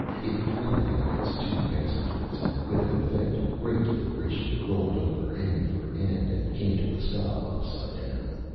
it flung out its two passengers and with an effect of great deliberation it rolled over end for end and came to a stop upside down.